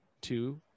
Two